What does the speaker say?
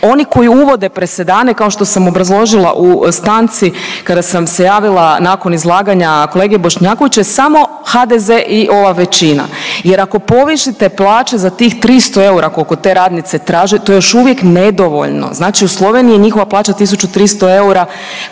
Oni koji uvode presedane kao što sam obrazložila u stanci kada sam se javila nakon izlaganja kolege Bošnjakovića je samo HDZ i ova većina jer ako povišite plaće za tih 300 eura kolko te radnice traže to je još uvijek nedovoljno, znači u Sloveniji je njihova plaća 1.300 eura,